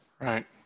Right